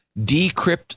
decrypt